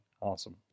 Awesome